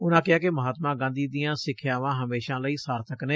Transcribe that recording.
ਉਨਾਂ ਕਿਹਾ ਕਿ ਮਹਾਤਮਾ ਗਾਂਧੀ ਦੀਆਂ ਸਿੱਖਿਆਵਾਂ ਹਮੇਸ਼ਾਂ ਲਈ ਸਾਰਬਿਕ ਨੇ